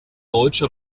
deutsche